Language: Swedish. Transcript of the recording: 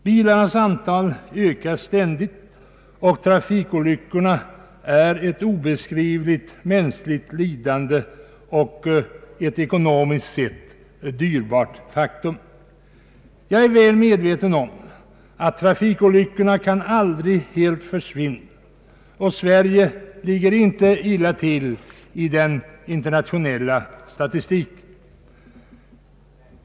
Bilarnas antal ökar ständigt, och trafikolyckorna innebär ett obeskrivligt mänskligt lidande och ett ekonomiskt sett dyrbart faktum. Jag är väl medveten om att trafikolyckorna aldrig helt kan försvinna, och Sverige ligger inte illa till i den internationella statistiken.